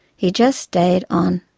he just stayed on.